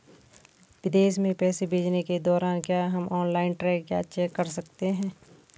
विदेश में पैसे भेजने के दौरान क्या हम ऑनलाइन ट्रैक या चेक कर सकते हैं?